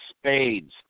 spades